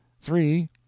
three